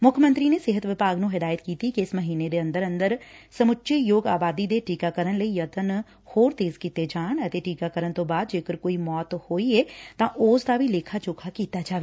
ਮੁੱਖ ਮੰਤਰੀ ਨੇ ਸਿਹਤ ਵਿਭਾਗ ਨੇ ਹਦਾਇਤ ਕੀਤੀ ਕਿ ਇਸ ਮਹੀਨੇ ਦੇ ਅੰਦਰ ਅੰਦਰ ਸਮੁੱਚੀ ਯੋਗ ਆਬਾਦੀ ਦੇ ਟੀਕਾਕਰਨ ਲਈ ਯਤਨ ਹੋਰ ਤੇਜ਼ ਕੀਤੇ ਜਾਣ ਅਤੇ ਟੀਕਾਕਰਨ ਤੋ ਬਾਅਦ ਜੇਕਰ ਕੋਈ ਮੌਤ ਹੋਈ ਏ ਤਾਂ ਉਸ ਦਾ ਵੀ ਲੇਖਾ ਜੋਖਾ ਕੀਤਾ ਜਾਵੇ